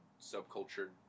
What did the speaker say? subculture